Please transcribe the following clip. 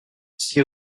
six